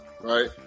right